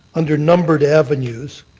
under numbered avenues,